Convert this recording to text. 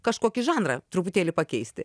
kažkokį žanrą truputėlį pakeisti